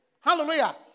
Hallelujah